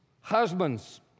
Husbands